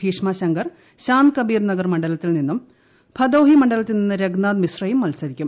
ഭീഷ്മ ശങ്കർ ശാന്ത്കബിർ നഗർ മണ്ഡലത്തിൽ നിന്നും ഭദോഹി മണ്ഡലത്തിൽ നിന്ന് രംഗനാഥ് മിശ്രയും മത്സരിക്കും